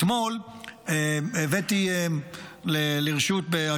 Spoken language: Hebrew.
אתמול הבאתי לוועדת שרים לחקיקה,